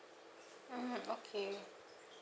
mmhmm okay